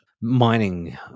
mining